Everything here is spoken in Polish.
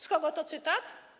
Z kogo to cytat?